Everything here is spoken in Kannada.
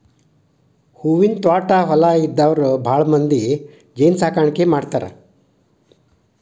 ಹೂವಿನ ತ್ವಾಟಾ ಹೊಲಾ ಇದ್ದಾರ ಭಾಳಮಂದಿ ಜೇನ ಸಾಕಾಣಿಕೆ ಮಾಡ್ತಾರ